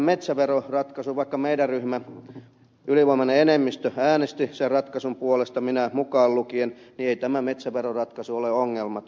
vaikka meidän ryhmämme ylivoimainen enemmistö äänesti sen ratkaisun puolesta minä mukaan lukien niin ei tämä metsäveroratkaisu ole ongelmaton